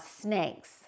snakes